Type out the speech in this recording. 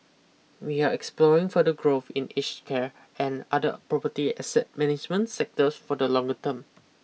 we are exploring further growth in aged care and other property asset management sectors for the longer term